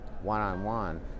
one-on-one